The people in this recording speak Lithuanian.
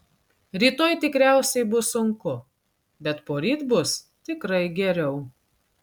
rytoj tikriausiai bus sunku bet poryt bus tikrai geriau